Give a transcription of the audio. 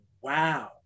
wow